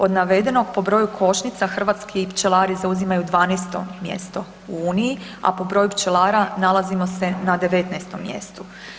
Od navedenog po broju košnica hrvatski pčelari zauzimaju 12. mjesto u uniji, a po broju pčelara nalazimo se na 19. mjestu.